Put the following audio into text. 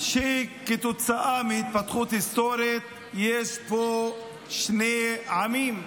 שכתוצאה מהתפתחות היסטורית יש פה שני עמים.